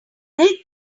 think